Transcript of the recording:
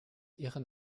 ihren